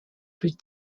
plus